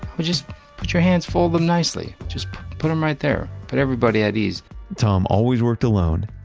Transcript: but just put your hands, fold them nicely. just put them right there. put everybody at ease tom always worked alone,